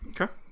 Okay